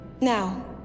Now